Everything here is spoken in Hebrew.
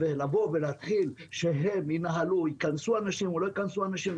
לבוא ולהתחיל שהם יחליטו אם ייכנסו אנשים או לא ייכנסו אנשים,